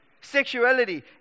Sexuality